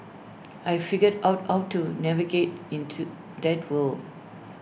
I figured out how to navigate in to that world